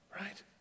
right